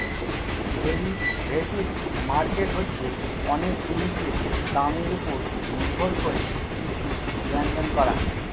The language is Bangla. ডেরিভেটিভ মার্কেট হচ্ছে অনেক জিনিসের দামের ওপর নির্ভর করে কিছু লেনদেন করা